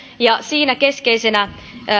ja siinä keskeisenä